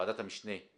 המשנה של